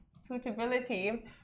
suitability